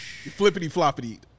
Flippity-floppity